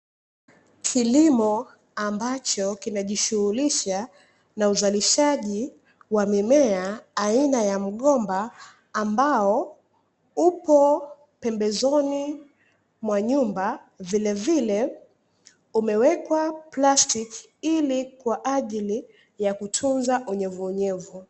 Kilimo ambacho kinajishughulisha na uzalishaji wa mimea aina ya mgomba ambao upo pembezoni mwa nyumba vilevile umewekwa plastiki ili kwa ajili ya kutunza unyevunyevu.